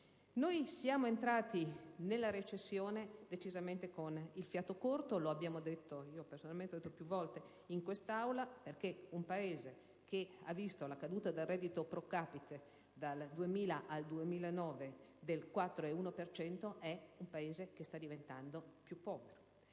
Noi siamo entrati nella recessione decisamente con il fiato corto. Lo abbiamo già detto ed io personalmente l'ho fatto presente più volte in quest'Aula. Un Paese che ha visto la caduta del reddito *pro capite* dal 2000 al 2009 del 4,1 per cento è un Paese che sta diventando più povero